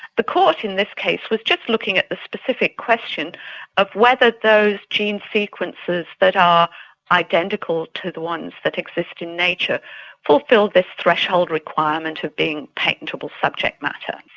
the court in this case was just looking at the specific question of whether those gene sequences that are identical to the ones that exist in nature fulfilled this threshold requirement of being patentable subject matter.